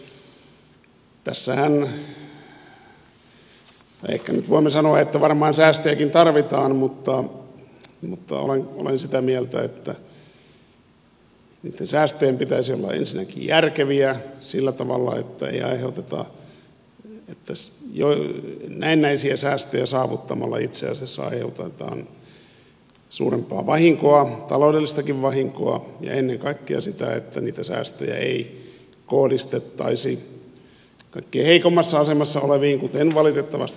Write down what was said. ehkä nyt voimme sanoa että varmaan säästöjäkin tarvitaan mutta olen sitä mieltä että niitten säästöjen pitäisi olla järkeviä ensinnäkin sillä tavalla ettei näennäisiä säästöjä saavuttamalla itse asiassa aiheuteta suurempaa vahinkoa taloudellistakin vahinkoa ja ennen kaikkea siten että niitä säästöjä ei kohdistettaisi kaikkein heikoimmassa asemassa oleviin kuten valitettavasti tässäkin tapahtuu